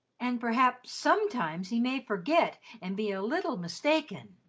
and perhaps sometimes he may forget and be a little mistaken,